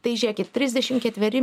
tai žėkit trisdešim ketveri